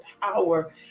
power